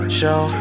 show